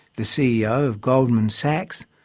the ceo of goldman sachs,